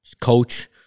coach